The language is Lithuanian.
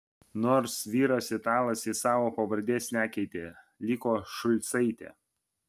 nors vyras italas ji savo pavardės nekeitė liko šulcaitė